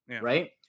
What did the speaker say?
Right